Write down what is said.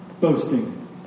boasting